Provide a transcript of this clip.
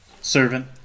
servant